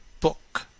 book